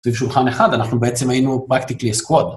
סביב שולחן אחד, אנחנו בעצם היינו פרקטיקלי סקוד.